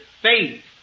faith